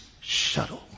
shuttle